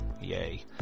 Yay